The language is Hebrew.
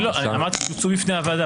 אמרתי שהוצעו בפני הוועדה.